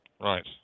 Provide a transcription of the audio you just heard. Right